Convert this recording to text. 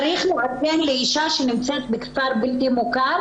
צריך לעדכן אישה שנמצאת בכפר בלתי מוכר